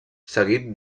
seguit